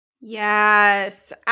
Yes